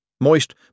Moist